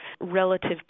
relative